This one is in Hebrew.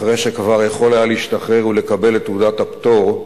אחרי שכבר יכול היה להשתחרר ולקבל את תעודת הפטור,